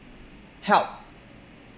help